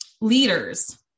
leaders